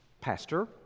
pastor